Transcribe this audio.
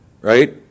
right